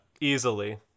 easily